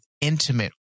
intimate